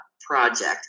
project